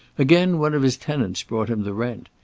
again, one of his tenants brought him the rent.